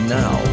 now